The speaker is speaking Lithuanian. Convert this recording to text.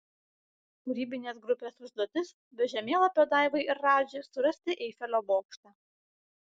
kūrybinės grupės užduotis be žemėlapio daivai ir radži surasti eifelio bokštą